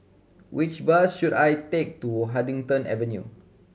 which bus should I take to Huddington Avenue